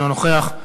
אינו נוכח.